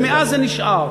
ומאז זה נשאר.